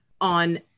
on